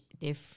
different